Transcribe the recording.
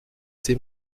ses